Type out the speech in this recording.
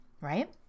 right